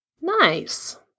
Nice